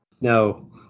No